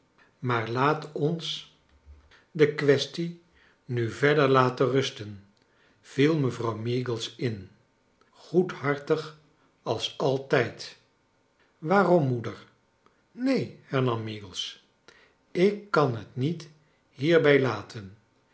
maar laat ons de kwescharles dickens tie nu verder laten rusten viel mevrouw meagles in goedhartig als altijd waarom moeder neen hernani meagles ik kan het niet hierbij laten